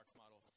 model